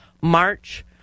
March